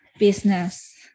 business